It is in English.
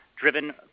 driven